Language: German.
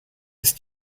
ist